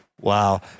Wow